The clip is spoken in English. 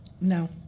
no